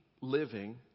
living